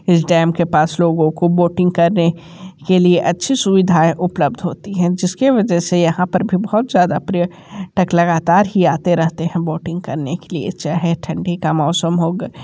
इस डैम के पास लोगों को वोटिंग करने के लिए अच्छी सुविधाएँ उपलब्ध होती है जिसके वजह से यहाँ पर भी बहुत ज़्यादा पर्यटक लगातार ही आते रहते हैं वोटिंग करने के लिए चाहे ठंडी का मौसम होगा